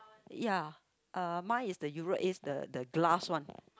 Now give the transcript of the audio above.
ya uh mine is the Euro is the the glass one